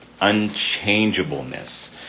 unchangeableness